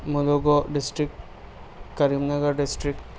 مروگو district Karimnagar district